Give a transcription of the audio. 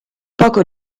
poco